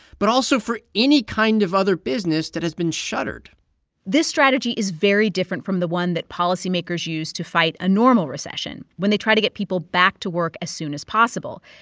but also for any kind of other business that has been shuttered this strategy is very different from the one that policymakers use to fight a normal recession, when they try to get people back to work as soon as possible.